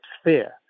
sphere